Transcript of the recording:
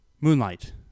Moonlight